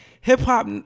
hip-hop